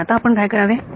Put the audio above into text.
तर आता आपण काय करावे